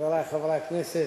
חברי חברי הכנסת,